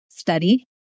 study